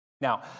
Now